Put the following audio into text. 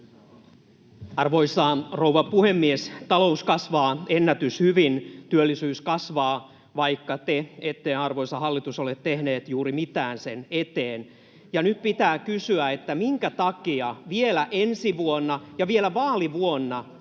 Arvoisa rouva puhemies! Talous kasvaa ennätyshyvin, työllisyys kasvaa, vaikka te ette, arvoisa hallitus, ole tehneet juuri mitään sen eteen. Nyt pitää kysyä, minkä takia vielä ensi vuonna ja vielä vaalivuonna,